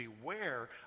beware